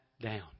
down